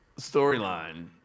storyline